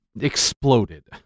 exploded